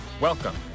welcome